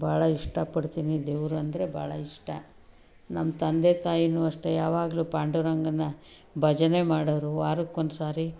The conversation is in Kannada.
ಭಾಳ ಇಷ್ಟಪಡ್ತೀನಿ ದೇವರು ಅಂದರೆ ಭಾಳ ಇಷ್ಟ ನಮ್ಮ ತಂದೆ ತಾಯಿಯೂ ಅಷ್ಟೇ ಯಾವಾಗಲೂ ಪಾಂಡುರಂಗನ ಭಜನೆ ಮಾಡೋವ್ರು ವಾರಕ್ಕೊಂದ್ಸರಿ